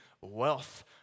wealth